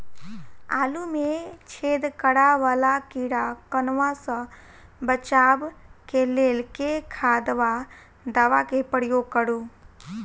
आलु मे छेद करा वला कीड़ा कन्वा सँ बचाब केँ लेल केँ खाद वा दवा केँ प्रयोग करू?